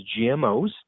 GMOs